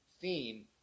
theme